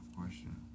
question